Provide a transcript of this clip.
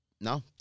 No